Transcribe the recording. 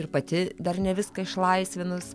ir pati dar ne viską išlaisvinus